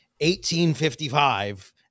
1855